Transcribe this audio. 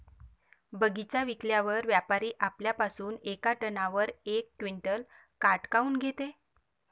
बगीचा विकल्यावर व्यापारी आपल्या पासुन येका टनावर यक क्विंटल काट काऊन घेते?